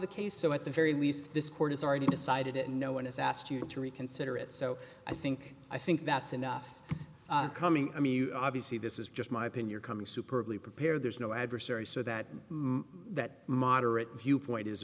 the case so at the very least this court has already decided it no one has asked you to reconsider it so i think i think that's enough coming i mean obviously this is just my opinion coming superbly prepared there's no adversary so that that moderate viewpoint is